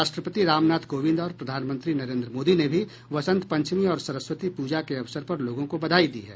राष्ट्रपति रामनाथ कोविंद और प्रधानमंत्री नरेंद्र मोदी ने भी बसंत पंचमी और सरस्वती प्रजा के अवसर पर लोगों को बधाई दी है